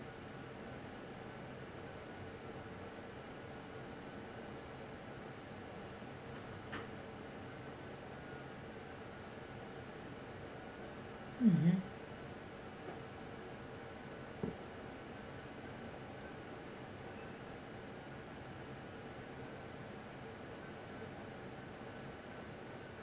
mmhmm